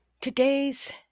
Today's